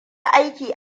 aiki